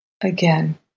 Again